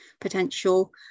potential